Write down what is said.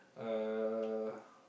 uh